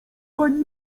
pani